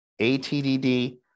ATDD